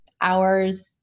hours